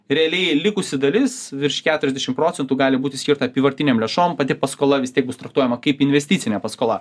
realiai likusi dalis virš keturiasdešim procentų gali būti skirta apyvartinėm lėšom pati paskola vis tiek bus traktuojama kaip investicinė paskola